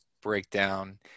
breakdown